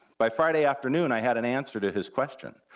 by friday afternoon, i had an answer to his question,